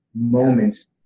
moments